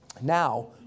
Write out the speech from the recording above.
Now